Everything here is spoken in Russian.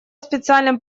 специальным